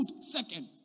second